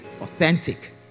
authentic